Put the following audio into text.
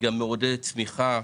גם מעודדת צמיחה,